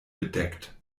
bedeckt